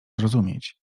zrozumieć